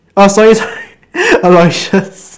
ah sorry sorry Aloysius